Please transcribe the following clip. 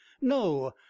no